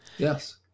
Yes